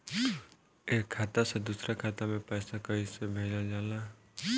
एक खाता से दूसरा खाता में पैसा कइसे भेजल जाला?